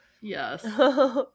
Yes